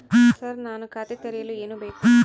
Sir ನಾನು ಖಾತೆ ತೆರೆಯಲು ಏನು ಬೇಕು?